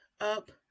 up